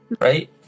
Right